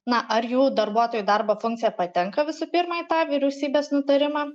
na ar jų darbuotojų darbo funkcija patenka visų pirma į tą vyriausybės nutarimą